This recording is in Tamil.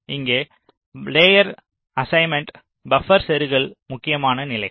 இங்கே லேயர் அசைன்மென்ட் பப்பர் செருகல் முக்கியமான நிலைகள்